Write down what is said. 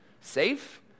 safe